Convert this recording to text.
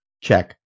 Check